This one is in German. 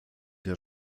der